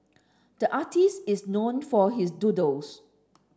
the artist is known for his doodles